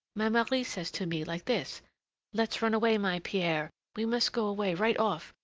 my marie says to me like this let's run away, my pierre, we must go away right off,